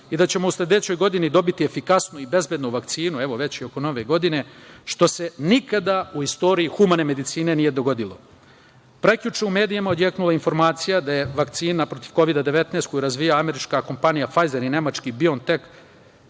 i da ćemo u sledećoj godini dobiti efikasnu i bezbednu vakcinu, evo, već oko nove godine, što se nikada u istoriji humane medicine nije dogodilo. Prekjuče je u medijima odjeknula informacija da je vakcina protiv Kovida 19 koju razvija američka kompanija „Fajzer“ i nemački „Biontek“